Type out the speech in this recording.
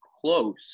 close